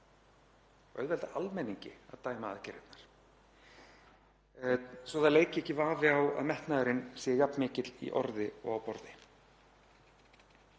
auðvelda almenningi að dæma aðgerðirnar svo að það leiki ekki vafi á að metnaðurinn sé jafn mikill í orði og á borði.